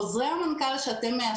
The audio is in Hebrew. חוזרי המנכ"ל על תשלומי הורים שאתם מאשרים,